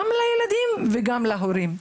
גם לילדים וגם להורים.